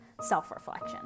self-reflection